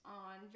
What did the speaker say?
on